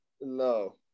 No